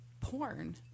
porn